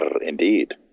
Indeed